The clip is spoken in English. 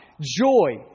Joy